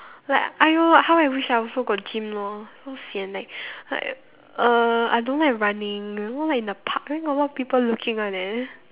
like I know how I wish I also got gym lor so sian like like uh I don't like running you know like in the park then got a lot of people looking one eh